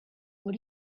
what